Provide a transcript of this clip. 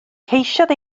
ceisiodd